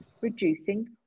reducing